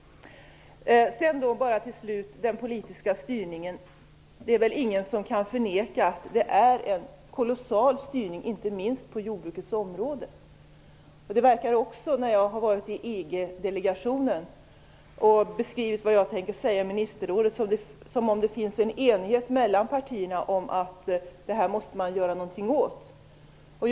Sedan var det den politiska styrningen. Det är väl ingen som kan förneka att det är en kolossal styrning inte minst på jordbrukets område. När jag har varit i EG-delegationen och beskrivit vad jag tänker säga i ministerrådet har det också verkat som om det finns en enighet mellan partierna om att man måste göra någonting åt detta.